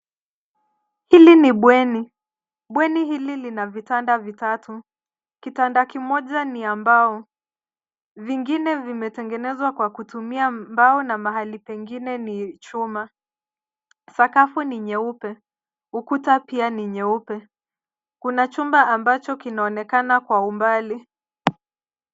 Hili ni bweni. Bweni hili lina vitanda vitatu. Kitanda kimoja ni ya mbao. Vingine vimetengenezwa kwa kutumia mbao na mahali pengine ni chuma. Sakafu ni nyeupe. Ukuta pia ni nyeupe. Kuna chumba ambacho kinaonekana kwa umbali.